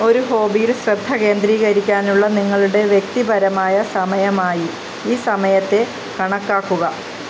ഒരു ഹോബിയിൽ ശ്രദ്ധ കേന്ദ്രീകരിക്കാനുള്ള നിങ്ങളുടെ വ്യക്തിപരമായ സമയമായി ഈ സമയത്തെ കണക്കാക്കുക